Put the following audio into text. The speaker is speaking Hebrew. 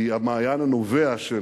היא המעיין הנובע של